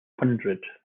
hundred